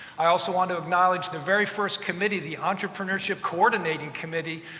i also want to acknowledge the very first committee, the entrepreneurship coordinating committee,